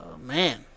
man